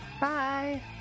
Bye